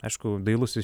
aišku dailusis